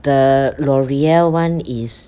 the L'oreal [one] is